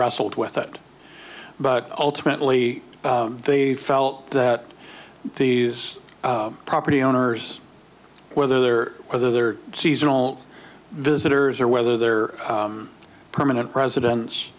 wrestled with it but ultimately they felt that these property owners whether they're whether they're seasonal visitors or whether they're permanent residents